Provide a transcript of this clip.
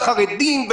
לחרדים,